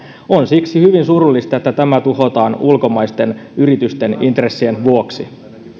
on siksi hyvin surullista että tämä tuhotaan ulkomaisten yritysten intressien vuoksi